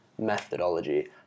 methodology